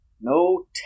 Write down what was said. No